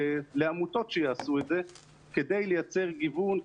לעמותות שיעשו את זה כדי לייצר גיוון,